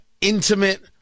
Intimate